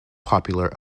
popular